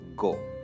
Go